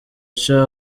cha